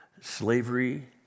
slavery